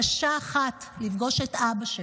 שיחזיר את לירי ואת כל החטופים הביתה.